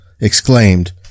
exclaimed